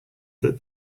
that